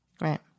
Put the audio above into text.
Right